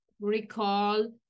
recall